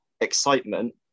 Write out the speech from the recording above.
excitement